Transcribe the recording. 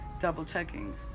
double-checking